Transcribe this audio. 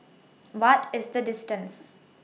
What IS The distance